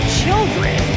children